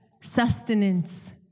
sustenance